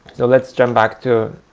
so let's jump back to